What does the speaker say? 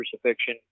crucifixion